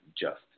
justice